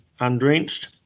undrenched